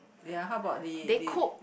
ya how about the the